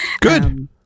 Good